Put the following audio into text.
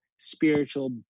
spiritual